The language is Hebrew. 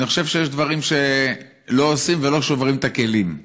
אני חושב שיש דברים שלא עושים ולא שוברים את הכלים.